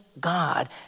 God